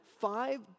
Five